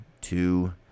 two